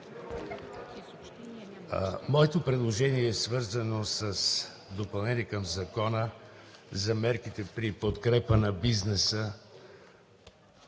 Моето предложение е свързано с допълнение към Закона за мерките при подкрепа на бизнеса